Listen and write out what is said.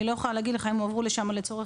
אני לא יכולה להגיד לך אם הם הועברו לשם לצורך